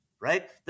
right